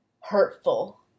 hurtful